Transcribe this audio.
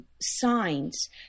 signs